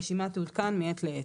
הרשימה תעודכן מעת לעת."